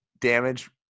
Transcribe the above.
damage